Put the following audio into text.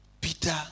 Peter